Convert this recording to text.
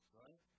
right